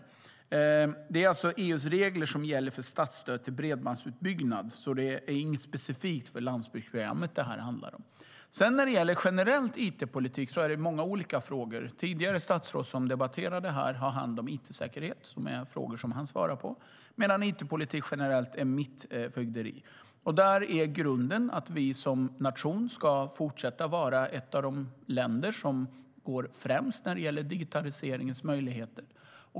Det handlar alltså om EU:s regler som gäller för statsstöd till bredbandsutbyggnad, så det är inget specifikt för Landsbygdsprogrammet som detta handlar om. It-politik generellt handlar om många olika frågor. Det statsråd som debatterade här tidigare har hand om it-säkerhet och svarar på frågor om det, medan it-politik generellt är mitt fögderi. Där är grunden att vi som nation ska fortsätta att vara ett av de länder som går främst när det gäller digitaliseringens möjligheter.